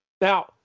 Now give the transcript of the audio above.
Now